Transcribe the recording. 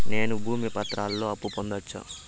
నేను భూమి పత్రాలతో అప్పు పొందొచ్చా?